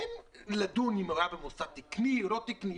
אין לדון אם זה היה במוסד תקני או לא תקני.